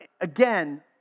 again